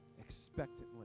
expectantly